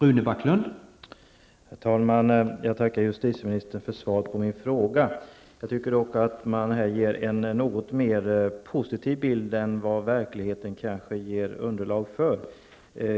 Herr talman! Jag tackar justitieministern för svaret på min fråga. Jag tycker dock att man här ger en något mer positiv bild än vad verkligheten kanske ger underlag för.